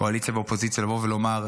קואליציה ואופוזיציה, לבוא ולומר: